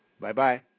Bye-bye